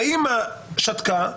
האמא שתקה,